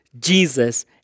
Jesus